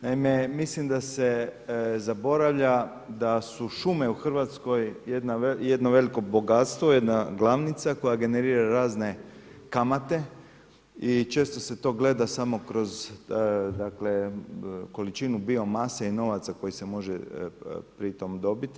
Naime, mislim da se zaboravlja da su šume u Hrvatskoj jedno veliko bogatstvo, jedna glavnica koja generira razne kamate i često se to gleda samo kroz, dakle količinu biomase i novaca koji se može pritom dobiti.